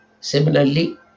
Similarly